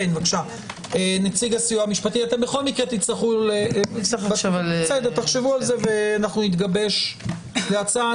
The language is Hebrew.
בכל מקרה תחשבו על זה ונתגבש להצעה.